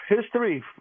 history